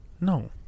No